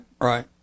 right